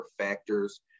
factors